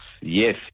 yes